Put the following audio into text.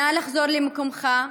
נא לחזור למקומך.